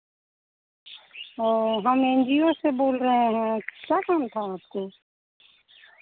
ओ हम N G O से बोल रहे हैं क्या काम था आपको